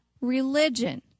religion